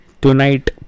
tonight